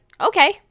okay